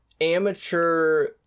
amateur